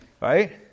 Right